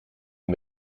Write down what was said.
een